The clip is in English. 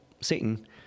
Satan